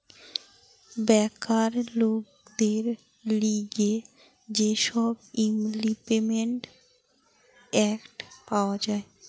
বেকার লোকদের লিগে যে সব ইমল্পিমেন্ট এক্ট পাওয়া যায়